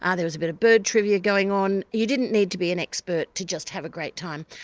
ah there was a bit of bird trivia going on, you didn't need to be an expert to just have a great time.